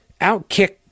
Outkick